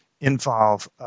involve